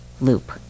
Loop